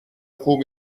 خوب